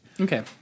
okay